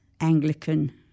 Anglican